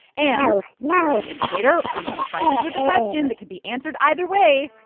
and here at the indicator, when confronted with a question that could be answered either way,